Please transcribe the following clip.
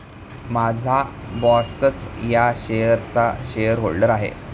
माझा बॉसच या शेअर्सचा शेअरहोल्डर आहे